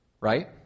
right